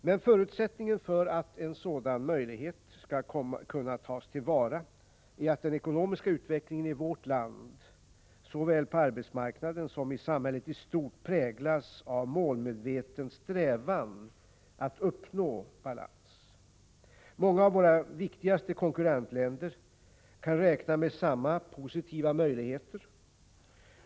Men förutsättningen för att en sådan möjlighet skall kunna tas till vara är att den ekonomiska utvecklingen i vårt land såväl på arbetsmarknaden som i samhället i stort präglas av målmedveten strävan att uppnå balans. Många av våra viktigaste konkurrentländer kan räkna med samma positiva möjligheter.